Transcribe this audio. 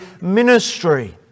ministry